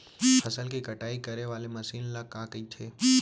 फसल की कटाई करे वाले मशीन ल का कइथे?